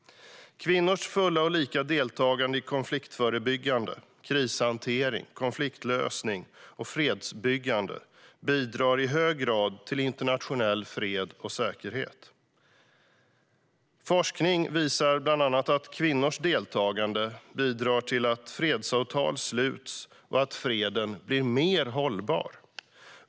Kvinnors fulla och lika deltagande i konfliktförebyggande, krishantering, konfliktlösning och fredsbyggande bidrar i hög grad till internationell fred och säkerhet. Forskning visar bland annat att kvinnors deltagande bidrar till att fredsavtal sluts och att freden blir mer hållbar.